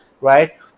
right